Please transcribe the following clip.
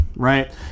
right